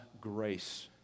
grace